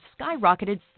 skyrocketed